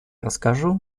расскажу